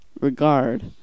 Regard